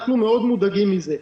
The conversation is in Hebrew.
אנחנו מאוד מודאגים מזה.